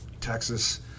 Texas